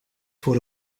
voor